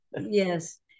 Yes